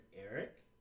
Eric